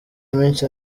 minsi